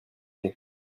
aimé